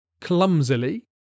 clumsily